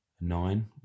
nine